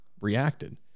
reacted